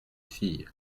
fille